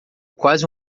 quase